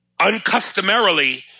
uncustomarily